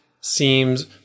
seems